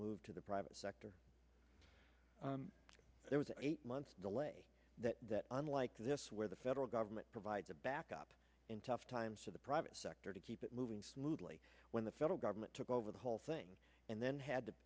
moved to the private sector there was eight months delay that unlike this where the federal government provided backup in tough times to the private sector to keep it moving smoothly when the federal government took over the whole thing and then had